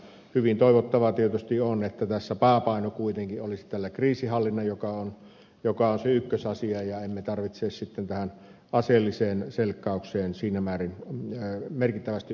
hyvin toivottavaa tietysti on että tässä pääpaino kuitenkin olisi kriisinhallinnalla joka on se ykkösasia eikä meidän tarvitsisi sitten tähän aseelliseen selkkaukseen merkittävästi osallistua